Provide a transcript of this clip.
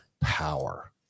power